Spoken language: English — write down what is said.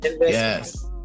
Yes